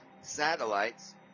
satellites